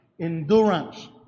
endurance